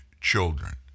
children